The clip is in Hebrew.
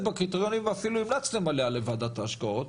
בקריטריונים ואפילו המלצתם עליה לוועדת ההשקעות,